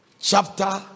Chapter